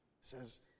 says